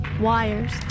wires